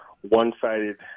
one-sided